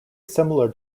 similar